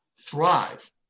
thrive